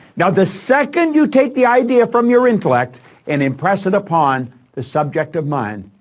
now the second you take the idea from your intellect and impress it upon the subjective mind,